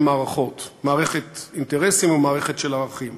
מערכות: מערכת של אינטרסים ומערכת של ערכים.